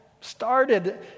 started